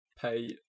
Pay